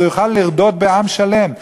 אז הוא יוכל לרדות בעם שלם.